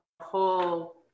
whole